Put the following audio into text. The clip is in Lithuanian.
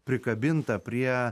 prikabinta prie